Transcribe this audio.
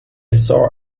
saw